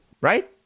right